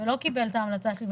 ולא קיבל את ההמלצה שלי.